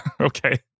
okay